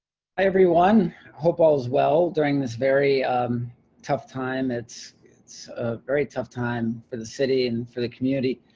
everyone hope all is well during this very um tough time it's it's very tough time for the city and for the community.